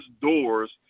doors